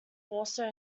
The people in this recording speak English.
also